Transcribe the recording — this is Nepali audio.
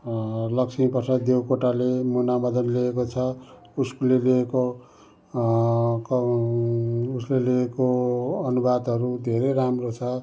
ल्क्ष्मीप्रसाद देवकोटाले मुना मदन लेखेको छ उसले लेखेको उसले लेखेको अनुवादहरू धेरै राम्रो छ